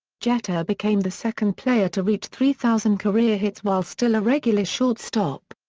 jeter became the second player to reach three thousand career hits while still a regular shortstop.